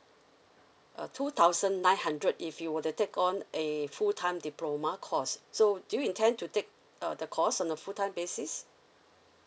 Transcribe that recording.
uh two thousand nine hundred if you were to take on a full time diploma course so do you intend to take uh the course on a full time basis